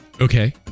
Okay